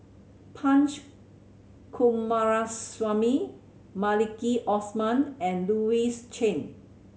Punch Coomaraswamy Maliki Osman and Louis Chen